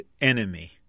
enemy